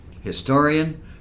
historian